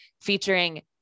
featuring